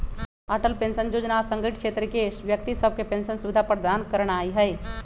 Atal pension जोजना असंगठित क्षेत्र के व्यक्ति सभके पेंशन सुविधा प्रदान करनाइ हइ